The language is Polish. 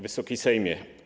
Wysoki Sejmie!